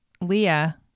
Leah